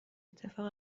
اتفاق